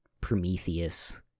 Prometheus